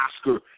Oscar